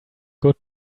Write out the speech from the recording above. good